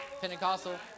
Pentecostal